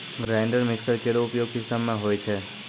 grinder mixer केरो उपयोग पिसै म होय छै